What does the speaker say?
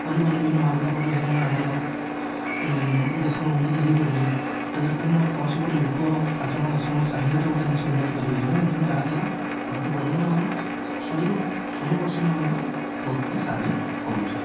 ପରିବହନ ବିଭିନ୍ନ ମାଲପଟା ପରିବହନରେ ଆମର ଦେଶର ଉନ୍ନତି ହୋଇପାରୁଛି ଯଦ୍ୱାରା କାରଣ କୌଣସି ଗୋଟେ ଲୋକ ପାଞ୍ଚଜଣ ଦଶଜଣ ଚାହିଁଲେ ତ ଗୋଟେ ଜିନିଷ ଉନ୍ନତି କରିପାରିବେନି ତେଣୁ ଏହା ଦ୍ୱାରା ଭାରତ ପରିବହନ ଆମର ଶହେରୁ ଶହେ ପରସେଣ୍ଟ ଆମକୁ ବହୁତ ପ୍ରକାର ସାହାଯ୍ୟ କରୁଛି